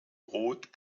rot